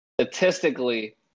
statistically